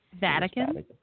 Vatican